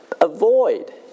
avoid